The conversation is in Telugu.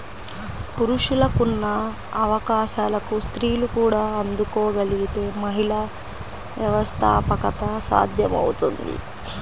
పురుషులకున్న అవకాశాలకు స్త్రీలు కూడా అందుకోగలగితే మహిళా వ్యవస్థాపకత సాధ్యమవుతుంది